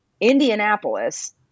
Indianapolis